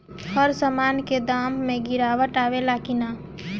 हर सामन के दाम मे गीरावट आवेला कि न?